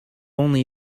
only